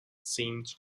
seemed